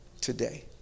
today